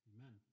Amen